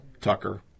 Tucker